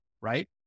right